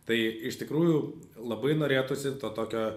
tai iš tikrųjų labai norėtųsi to tokio